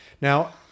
Now